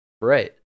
Right